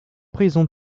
prison